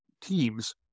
teams